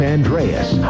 Andreas